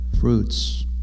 fruits